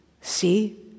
See